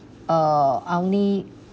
uh I only